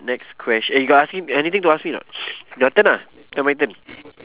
next question eh you got ask me anything to ask me or not your turn ah then my turn